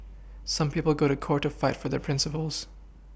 some people go to court to fight for their Principles